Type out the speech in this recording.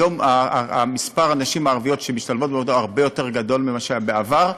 היום מספר הנשים הערביות שמשתלבות בעבודה הוא הרבה יותר גדול מאשר בעבר,